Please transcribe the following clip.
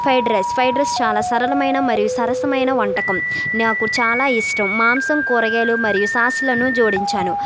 fried rice fried rice చాలా సరళమైన మరియు సరసమైన వంటకం నాకు చాలా ఇష్టం మాంసం కూరగాయలు మరియు సాసులను జోడించాను